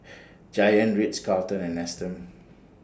Giant Ritz Carlton and Nestum